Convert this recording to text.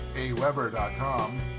aweber.com